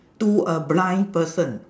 to a blind person